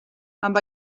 amb